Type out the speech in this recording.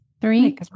three